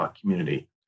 community